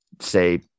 say